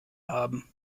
haben